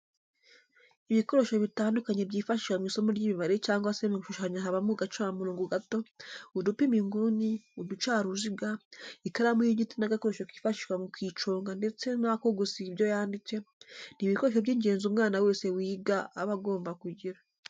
Ibikoresho bitandukanye byifashishwa mu isomo ry'imibare cyangwa se mu gushushanya habamo agacamurongo gato, udupima inguni, uducaruziga, ikaramu y'igiti n'agakoresho kifashishwa mu kuyiconga ndetse n'ako gusiba ibyo yanditse, ni ibikoresho by'ingenzi umwana wese wiga aba agomba kugira.